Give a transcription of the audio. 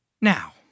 Now